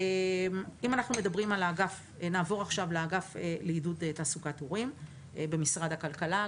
נעבור עכשיו לאגף לעידוד תעסוקת הורים במשרד הכלכלה.